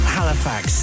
Halifax